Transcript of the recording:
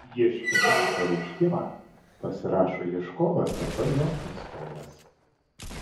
ieškininį pareiškimą pasirašo ieškovas arba jo atstovas